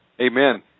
Amen